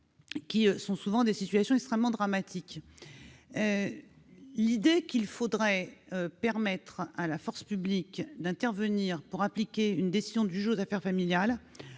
qui sont souvent des situations extrêmement dramatiques. Cela étant, dans ces dossiers, l'idée qu'il faudrait permettre à la force publique d'intervenir pour appliquer une décision du juge aux affaires familiales